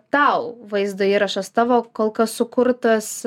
tau vaizdo įrašas tavo kol kas sukurtas